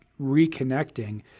reconnecting